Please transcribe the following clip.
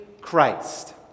Christ